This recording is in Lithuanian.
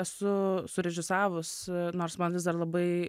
esu surežisavus nors man vis dar labai